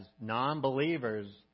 non-believers